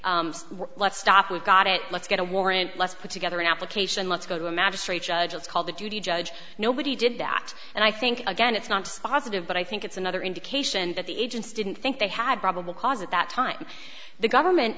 say let's stop we've got it let's get a warrant let's put together an application let's go to a magistrate judge it's called the duty judge nobody did that and i think again it's not dispositive but i think it's another indication that the agents didn't think they had probable cause at that time the government